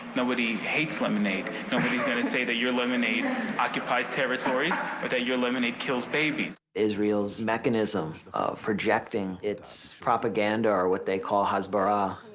nobody hates lemonade. nobody is going to say that your lemonade occupies territories or that your lemonade kills babies. israelis mechanism projecting its propaganda, or what they call hasbara,